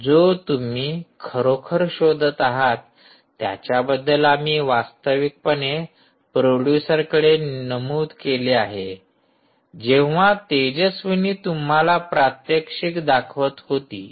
जो तुम्ही खरोखर शोधत आहात त्याच्याबद्दल आम्ही वास्तविकपणे प्रोडूसरकडे नमूद केले आहे जेव्हा तेजस्विनी तुम्हाला प्रात्यक्षिक दाखवत होती